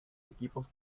equipos